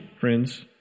friends